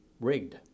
rigged